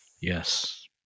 Yes